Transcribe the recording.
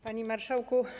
Panie Marszałku!